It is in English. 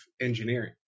engineering